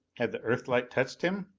had the earthlight touched him?